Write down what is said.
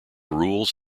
rules